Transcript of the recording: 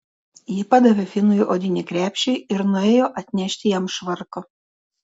ji padavė finui odinį krepšį ir nuėjo atnešti jam švarko